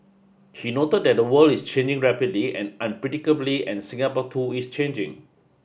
he noted that the world is changing rapidly and unpredictably and Singapore too is changing